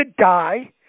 die